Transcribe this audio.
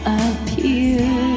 appear